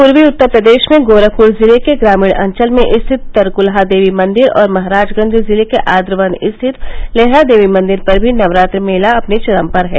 पूर्वी उत्तर प्रदेश में गोरखप्र जिले के ग्रमीण अंचल में स्थित तरक्लहा देवी मंदिर और महराजगंज जिले के आद्रवन स्थित लेहड़ा देवी मंदिर पर भी नवरात्र मेला अपने चरम पर है